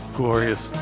glorious